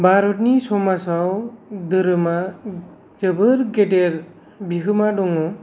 भारतनि समाजआव धोरोमआ जोबोद गेदेर बिहोमा दङ